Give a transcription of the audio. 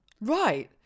Right